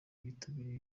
bitabiriye